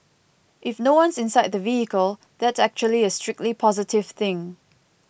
if no one's inside the vehicle that's actually a strictly positive thing